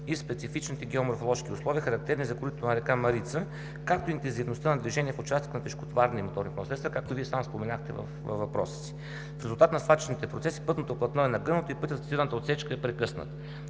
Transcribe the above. и специфичните геоморфоложки условия, характерни за коритото на река Марица, както и интензивността на движение в участъка на тежкотоварни превозни средства, както споменахте във въпроса си. В резултат на свлачищните процеси пътното платно е нагънато и пътят в цитираната отсечка е прекъснат.